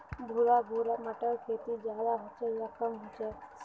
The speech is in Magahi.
भुर भुरा माटिर खेती ज्यादा होचे या कम होचए?